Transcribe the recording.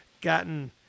gotten